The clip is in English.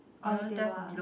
on the table ah